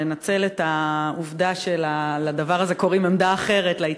לנצל את העובדה שלדבר הזה קוראים "עמדה אחרת" להצטרפות,